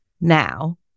now